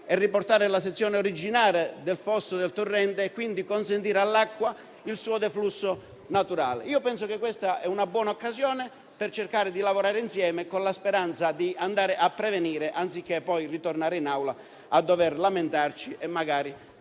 e riportare la sezione originale del fosso del torrente e quindi consentire all'acqua il suo deflusso naturale. Penso che questa sia una buona occasione per cercare di lavorare insieme, con la speranza di prevenire, anziché poi dover tornare in Aula a lamentarci e magari